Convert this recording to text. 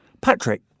Patrick